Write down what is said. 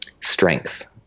strength